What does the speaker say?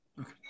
okay